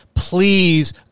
Please